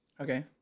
Okay